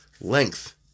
length